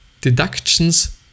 deductions